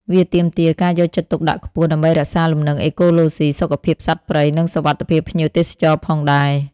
វាទាមទារការយកចិត្តទុកដាក់ខ្ពស់ ដើម្បីរក្សាលំនឹងអេកូឡូស៊ី សុខភាពសត្វព្រៃ និងសុវត្ថិភាពភ្ញៀវទេសចរផងដែរ។